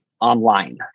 online